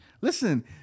listen